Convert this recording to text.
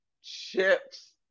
chips